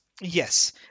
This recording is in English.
Yes